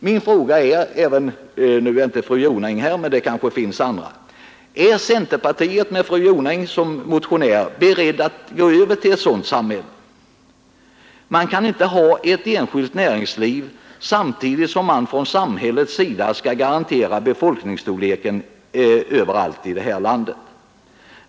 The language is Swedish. Min fråga — fru Jonäng är inte här nu, men det finns kanske någon annan som vill svara — lyder: Är centerpartiet med fru Jonäng som motionär berett att gå över till ett sådant samhälle? Man kan inte ha ett enskilt näringsliv samtidigt som man från samhällets sida skall garantera befolkningsstorleken överallt i landet.